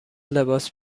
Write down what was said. لباس